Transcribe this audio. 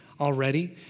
already